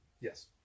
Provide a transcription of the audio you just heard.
Yes